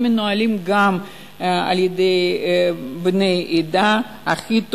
הם מנוהלים גם על-ידי בני העדה, הכי טובים,